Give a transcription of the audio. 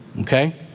okay